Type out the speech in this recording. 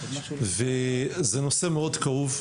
זה נושא כאוב מאוד,